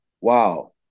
wow